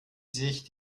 sich